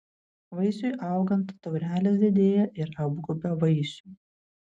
vaisiui augant taurelės didėja ir apgaubia vaisių